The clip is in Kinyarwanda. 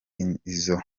izo